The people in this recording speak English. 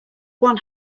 one